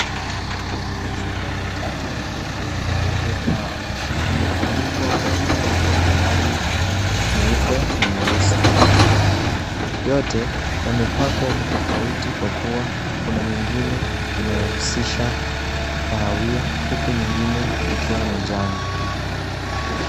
Machupa matatu madogo ya kuwekea dawa, yamefunikwa vya vifuniko vya rangi nyeupe na nyeusi. Yote yemepakwa vitofauti kwa kuwa kuna nyingine inayohusisha kahawia, huku nyingine likiwa na njano.